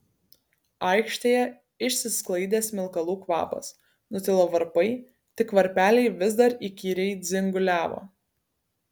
aikštėje išsisklaidė smilkalų kvapas nutilo varpai tik varpeliai vis dar įkyriai dzinguliavo